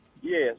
Yes